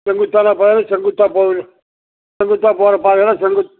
செங்குத்தான பாதையில் செங்குத்தாக போகணும் செங்குத்தாக போகிற பாதையில் செங்கு